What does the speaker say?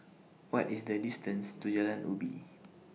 What IS The distance to Jalan Uji